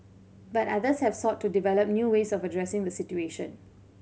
but others have sought to develop new ways of addressing the situation